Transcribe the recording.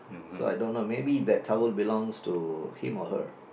so I don't know maybe that towel belongs to him or her